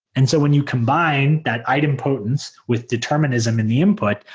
and so when you combine that idempotent with determinism in the input,